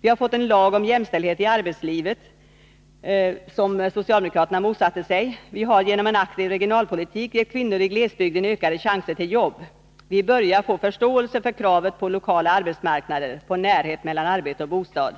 Vi har fått en lag om jämställdhet i arbetslivet — som socialdemokraterna motsatte sig. Vi har genom en aktiv regionalpolitik gett kvinnor i glesbygder ökade chanser till jobb. Vi börjar få förståelse för kravet på lokala arbetsmarknader, på närhet mellan arbete och bostad.